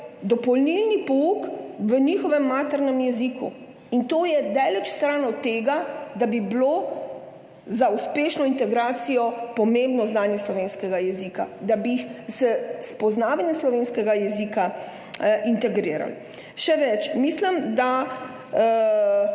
dopolnilni pouk v njihovem maternem jeziku in to je daleč stran od tega, da bi bilo za uspešno integracijo pomembno znanje slovenskega jezika, da bi jih s spoznavanjem slovenskega jezika integrirali. Še več, mislim, da